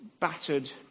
battered